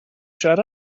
shut